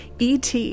et